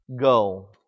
Go